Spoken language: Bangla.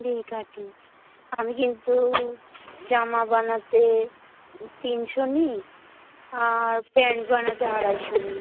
ভি কাটিং আমি কিন্তু জামা বানাতে তিনশো নিই আর প্যান্ট বানাতে আড়াইশো নিই